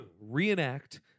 reenact